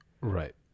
Right